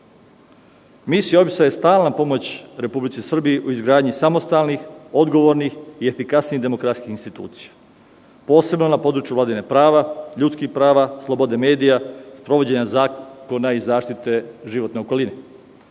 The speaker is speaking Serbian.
Misija OEBS je stalna pomoć Republici Srbiji u izgradnji samostalnih odgovornih i efikasnijih demokratskih institucija. Posebno na području vladavine prava, ljudskih prava, slobode medija, sprovođenja zakona i zaštite životne okoline.